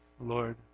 Lord